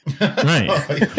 Right